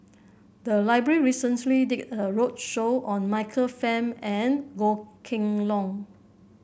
the library recently did a roadshow on Michael Fam and Goh Kheng Long